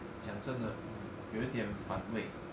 讲真的 um 有点反胃